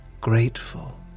grateful